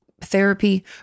therapy